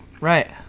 Right